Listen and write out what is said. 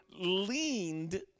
leaned